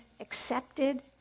accepted